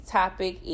topic